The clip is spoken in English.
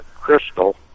crystal